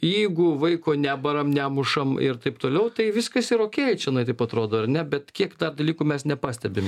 jeigu vaiko nebaram nemušam ir taip toliau tai viskas yra okei čionai taip atrodo ar ne bet kiek tų dalykų mes nepastebim